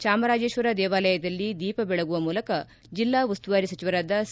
ಚಾಮರಾಜೇಶ್ವರ ದೇವಾಲಯದಲ್ಲಿ ದೀಪ ಬೆಳಗುವ ಮೂಲಕ ಜಿಲ್ಲಾ ಉಸ್ತುವಾರಿ ಸಚಿವರಾದ ಸಿ